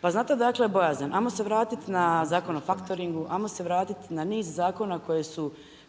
Pa znate odakle bojazan? Ajmo se vratiti na Zakon o faktoringu, ajmo se vratiti na niz zakona koji su